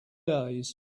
days